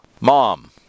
mom